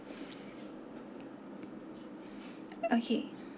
okay